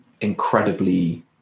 incredibly